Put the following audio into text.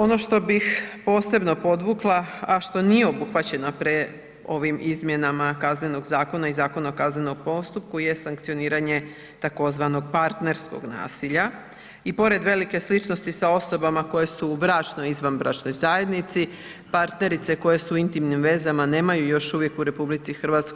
Ono što bih posebno podvukla, a što nije obuhvaćeno, ovih izmjenama Kaznenog zakona i Zakona o kaznenom postupku je sankcioniranje tzv. partnerskog nasilja i pored velike sličnosti sa osobama koje su u bračnoj i izvanbračnoj zajednici, partnerice koje su u intimnim vezama nemaju još uvijek u RH